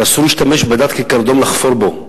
אסור להשתמש בדת כקרדום לחפור בו,